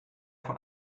von